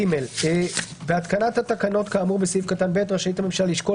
(ג) בהתקנת התקנות כאמור בסעיף קטן (ב) רשאית הממשלה לשקול